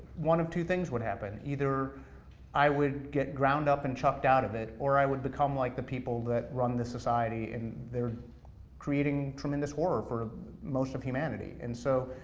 one of two things would happen. either i would get ground up and chucked out of it, or i would become like the people that run this society, and they're creating tremendous horror for most of humanity, and so,